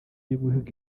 n’ibihugu